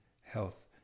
health